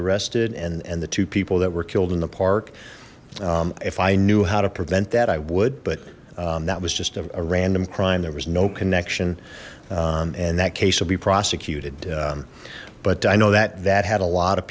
arrested and and the two people that were killed in the park if i knew how to prevent that i would but that was just a random crime there was no connection and that case will be prosecuted but i know that that had a lot